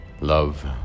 Love